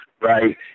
right